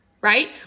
right